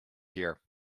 here